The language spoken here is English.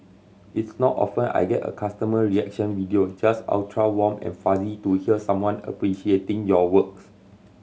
it's not often I get a customer reaction video just ultra warm and fuzzy to hear someone appreciating your works